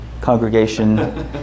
congregation